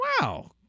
Wow